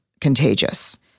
contagious